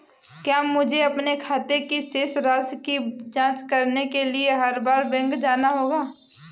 क्या मुझे अपने खाते की शेष राशि की जांच करने के लिए हर बार बैंक जाना होगा?